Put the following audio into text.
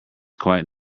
quite